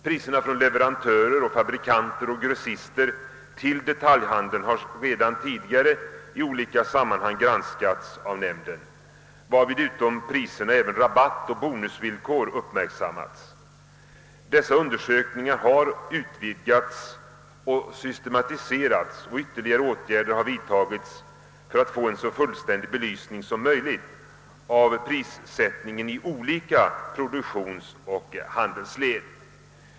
Priserna från leverantörer — fabrikanter och grossister — till detaljhandeln har redan tidigare i olika sammanhang granskats av nämnden, varvid utom priserna även rabattoch bonusvillkor uppmärksammats. Dessa undersökningar har utvidgats och systematiserats, och ytterligare åtgärder har vidtagits för att få en så fullständig belysning som möjligt av prissättningen i olika produktionsoch handelsled.